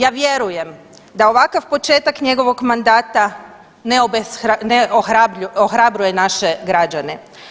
Ja vjerujem da ovakav početak njegovog mandata ne ohrabruje naše građane.